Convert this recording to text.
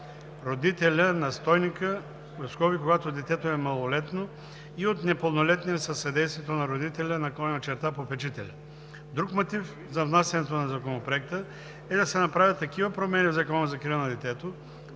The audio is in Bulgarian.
родителя/настойника, когато детето е малолетно, и от непълнолетния със съдействието на родителя/попечителя. Друг мотив за внасянето на Законопроекта е да се направят такива промени в Закона за закрила на детето,